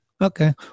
Okay